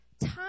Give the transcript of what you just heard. Time